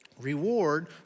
Reward